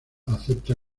acepta